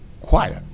quiet